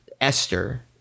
Esther